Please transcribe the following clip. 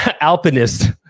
alpinist